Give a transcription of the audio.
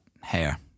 hair